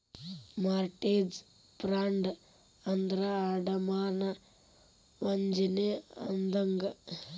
mortgage fraud ಅಂದ್ರ ಅಡಮಾನ ವಂಚನೆ ಅಂದಂಗ